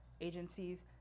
agencies